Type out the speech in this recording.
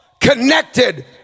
connected